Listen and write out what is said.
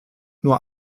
nur